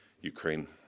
Ukraine